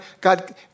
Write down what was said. God